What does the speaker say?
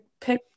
pick